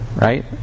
Right